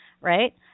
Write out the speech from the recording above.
Right